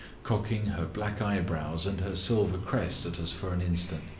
cocking her black eyebrows and her silver crest at us for an instant.